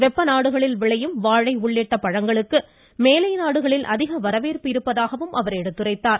வெப்ப நாடுகளில் விளையும் வாழை உள்ளிட்ட பழங்களுக்கு மேலை நாடுகளில் அதிக வரவேற்பு இருப்பதாகவும் அவர் எடுத்துரைத்தார்